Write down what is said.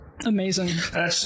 Amazing